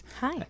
Hi